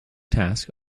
task